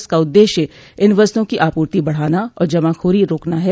इसका उद्देश्य इन वस्तुओं की आपूर्ति बढाना और जमाखोरी रोकना है